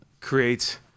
creates